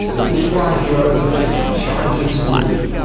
the bushfire heroes are facing challenge and scrutiny,